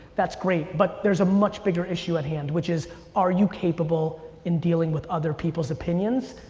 that's great but there's a much bigger issue at hand which is are you capable in dealing with other people's opinions?